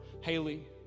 Haley